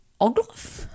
Ogloff